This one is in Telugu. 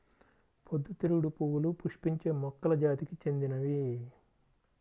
పొద్దుతిరుగుడు పువ్వులు పుష్పించే మొక్కల జాతికి చెందినవి